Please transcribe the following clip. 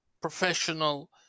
professional